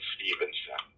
Stevenson